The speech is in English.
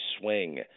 swing